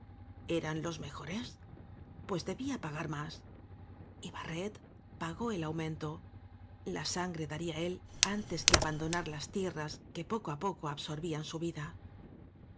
eran los mejores pues debía pagar más y barret pagó el aumento la sangre daría él antes que abandonar las tierras que poco á poco absorbían su vida